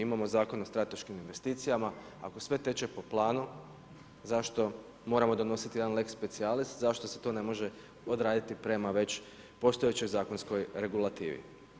Imamo Zakon o strateškim investicijama, ako sve teče po planu zašto moramo donositi lex specialis, zašto se to ne može odraditi prema već postojećoj zakonskoj regulativi.